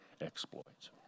exploits